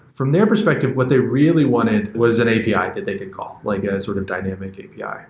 from their perspective, what they really wanted was that api ah that they could call, like sort of dynamic api. yeah